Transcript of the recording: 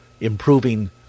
improving